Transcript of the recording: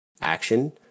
action